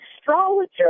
astrologer